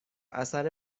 اثر